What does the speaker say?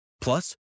Plus